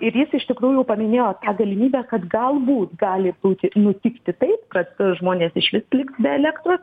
ir jis iš tikrųjų paminėjo tą galimybę kad galbūt gali būti nutikti taip kad žmonės išvis liks be elektros